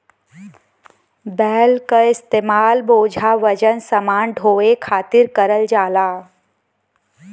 बैल क इस्तेमाल बोझा वजन समान ढोये खातिर करल जाला